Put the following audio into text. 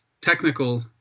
technical